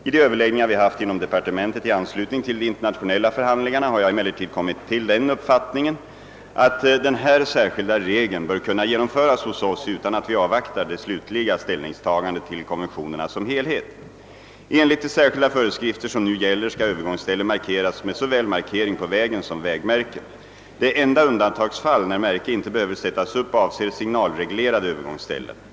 I de överläggningar vi haft inom departementet i anslutning till de internationella förhandlingarna har jag emellertid kommit till den uppfattningen att den här särskilda regeln bör kunna genomföras hos oss utan att vi avvaktar det slutliga ställningstagandet till konventionerna som helhet. Enligt de särskilda föreskrifter som nu gäller skall övergångsställe markeras med såväl markering på vägen som vägmärke. Det enda undantagsfall när märke inte behöver sättas upp avser signalreglerade övergångsställen.